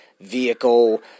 vehicle